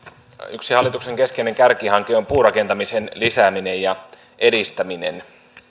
yksi hallituksen keskeinen kärkihanke on puurakentamisen lisääminen ja edistäminen